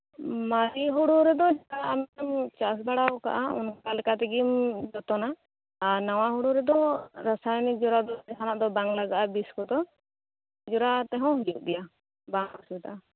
ᱢᱟᱨᱮ ᱦᱩᱲᱩ ᱨᱮᱫᱚ ᱡᱟ ᱟᱢᱮᱢ ᱪᱟᱥ ᱵᱟᱲᱟᱣ ᱠᱟᱜᱼᱟ ᱚᱱᱠᱟ ᱞᱮᱠᱟᱛᱮᱜᱮᱢ ᱡᱚᱛᱚᱱᱟ ᱟᱨ ᱱᱟᱣᱟ ᱦᱩᱲᱩ ᱨᱮᱫᱚ ᱨᱟᱥᱟᱭᱚᱱᱤᱠ ᱡᱚᱨᱟ ᱡᱟᱦᱟᱸᱱᱟᱜ ᱫᱚ ᱵᱟᱝ ᱞᱟᱜᱟᱜᱼᱟ ᱵᱤᱥ ᱠᱚᱫᱚ ᱡᱚᱨᱟ ᱛᱮᱦᱚᱸ ᱦᱩᱭᱩᱜ ᱜᱮᱭᱟ ᱵᱟᱝ ᱚᱥᱩᱵᱤᱛᱟᱜᱼᱟ